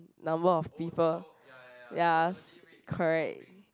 number of people ya correct